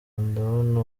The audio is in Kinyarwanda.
ndabona